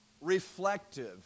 reflective